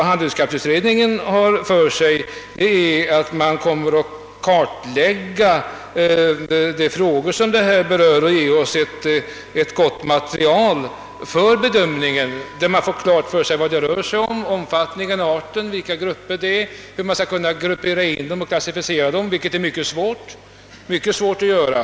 Handikapputredningen har till uppgift att kartlägga de frågor som här berörs och ge oss ebt gott material för bedömning, så att man får klart för sig omfattningen, arten, vilka grupper det gäller och hur man skall gruppera och klassificera dem, vilket är mycket svårt att göra.